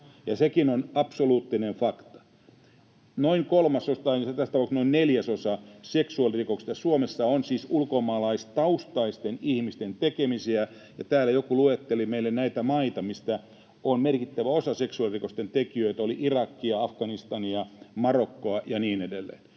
sekin on absoluuttinen fakta. Noin neljäsosa seksuaalirikoksista Suomessa on siis ulkomaalaistaustaisten ihmisten tekemisiä. Täällä joku luetteli meille näitä maita, mistä on merkittävä osa seksuaalirikosten tekijöistä — oli Irakia, Afganistania, Marokkoa ja niin edelleen.